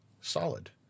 solid